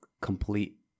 complete